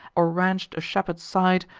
or ranch'd a shepherd's side,